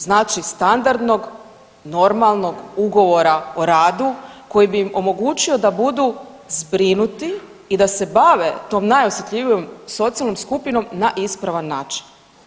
Znači, standardnog, normalnog Ugovora o radu koji bi im omogućio da budu zbrinuti i da se bave tom najosjetljivijom socijalnom skupinom na ispravan način.